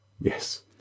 Yes